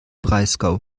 breisgau